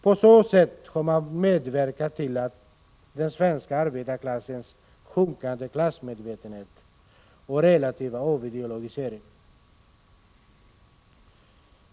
På så sätt har socialdemokratin medverkat till den svenska arbetarklassens sjunkande klassmedvetenhet och relativa avideologisering.